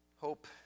hope